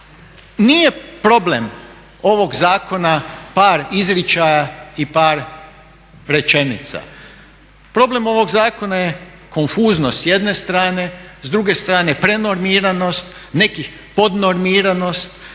nije problem ovog zakona par izričaja i par rečenica, problem ovoga zakona je konfuznost s jedne strane, s druge strane prednormiranost, nekih podnormiranost,